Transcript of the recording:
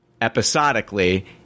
Episodically